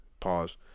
pause